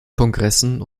kongressen